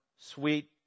sweet